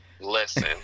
Listen